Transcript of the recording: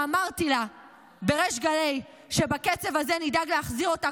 כשאמרתי לה בריש גלי שבקצב הזה נדאג להחזיר אותה,